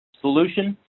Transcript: Solution